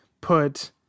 put